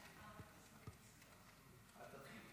אל תתחיל.